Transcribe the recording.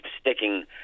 sticking